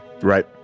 right